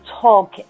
talk